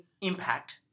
impact